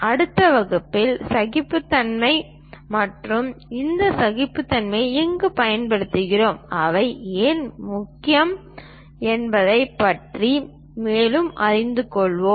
அடுத்த வகுப்பில் சகிப்புத்தன்மை மற்றும் இந்த சகிப்புத்தன்மையை எங்கு பயன்படுத்துகிறோம் அவை ஏன் முக்கியம் என்பதைப் பற்றி மேலும் அறிந்து கொள்வோம்